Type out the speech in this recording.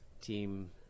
team